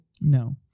No